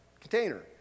container